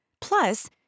Plus